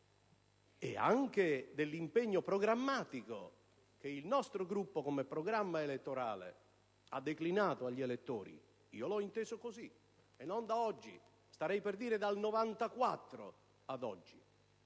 e anche l'impegno programmatico che il nostro Gruppo come programma elettorale ha declinato agli elettori. Io l'ho inteso così, e non da oggi: starei per dire, dal 1994; e